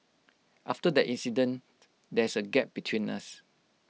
after that incident there's A gap between us